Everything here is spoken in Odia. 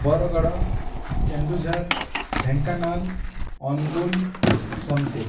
ବରଗଡ଼ କେନ୍ଦୁଝର ଢେଙ୍କାନାଲ ଅନୁଗୁଲ ସୋନପୁର